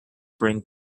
bring